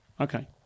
Okay